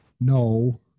no